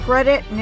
Credit